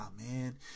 man